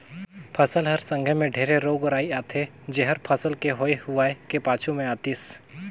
फसल हर संघे मे ढेरे रोग राई आथे जेहर फसल के होए हुवाए के पाछू मे आतिस